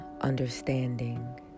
understanding